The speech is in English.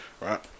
right